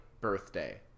Birthday